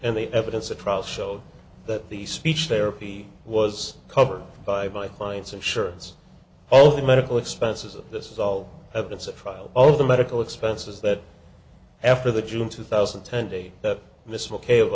and the evidence at trial showed that the speech therapy was covered by my client's insurance all the medical expenses of this is all evidence at trial all of the medical expenses that after the june two thousand and ten day that miss